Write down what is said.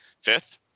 fifth